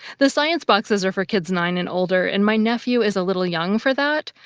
the science boxes are for kids nine and older. and my nephew is a little young for that,